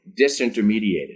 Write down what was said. disintermediated